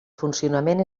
funcionament